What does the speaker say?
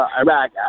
iraq